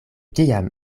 tiam